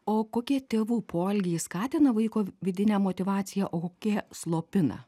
o kokie tėvų poelgiai skatina vaiko vidinę motyvaciją o kokie slopina